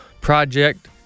project